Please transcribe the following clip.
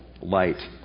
light